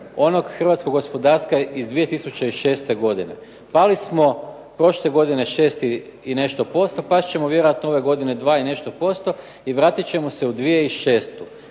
onog hrvatskog gospodarstva iz 2006. godine. Pali smo prošle godine 6 i nešto posto pa ćemo vjerojatno ove godine 2 i nešto posto i vratit ćemo se u 2006.